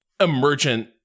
emergent